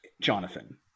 jonathan